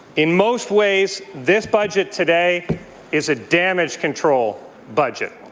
in most ways, this budget today is a damage control budget.